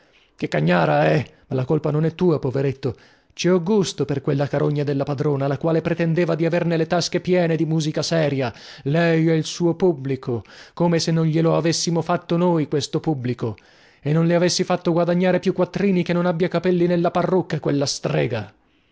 che cagnara eh ma la colpa non è tua poveretto ci ho gusto per quella carogna della padrona la quale pretendeva di averne le tasche piene di musica seria lei e il suo pubblico come se non glielo avessimo fatto noi questo pubblico e non le avessi fatto guadagnare più quattrini che non abbia capelli nella parrucca quella strega